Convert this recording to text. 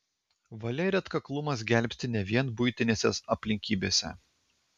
valia ir atkaklumas gelbsti ne vien buitinėse aplinkybėse